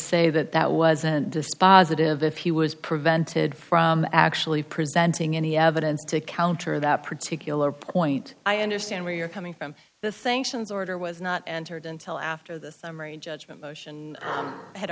say that that wasn't dispositive if he was prevented from actually presenting any evidence to counter that particular point i understand where you're coming from the thank sions order was not entered until after the summary judgment motion